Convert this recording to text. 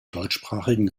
deutschsprachigen